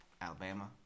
Alabama